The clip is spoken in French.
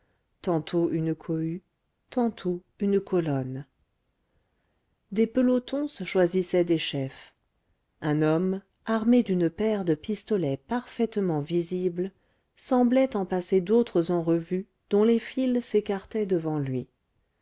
tantôt une cohue tantôt une colonne des pelotons se choisissaient des chefs un homme armé d'une paire de pistolets parfaitement visible semblait en passer d'autres en revue dont les files s'écartaient devant lui